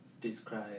describe